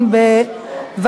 התשע"ד 2013,